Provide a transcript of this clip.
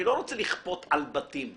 אני לא רוצה לכפות על בתים.